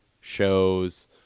shows